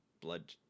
blood